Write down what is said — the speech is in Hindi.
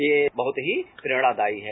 यह बहुत ही प्रेरणादायी है